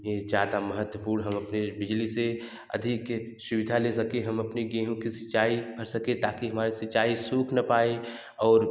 ज़्यादा महवपूर्ण हम अपने बिजली से आधिक सुविधा ले सकें हम अपनी गेहूँ की सिंचाई कर सकें ताकि हमारे सिंचाई सूख न पाए और